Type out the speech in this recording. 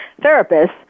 therapists